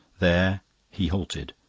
there he halted,